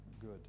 good